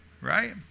Right